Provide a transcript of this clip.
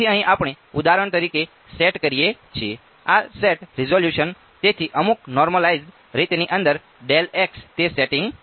તેથી અહીં આપણે ઉદાહરણ તરીકે સેટ કરીએ છીએ આ સેટ રીઝોલ્યુશન તેથી અમુક નોર્મલાઇજડ રીતની અંદર તે સેટિંગ